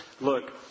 Look